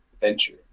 venture